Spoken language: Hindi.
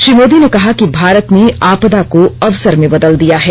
श्री मोदी ने कहा कि भारत ने आपदा को अवसर में बदल दिया है